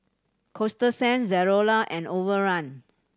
Coasta Sand Zalora and Overrun